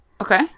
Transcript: Okay